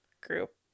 group